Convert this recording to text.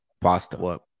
Pasta